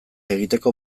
egiteko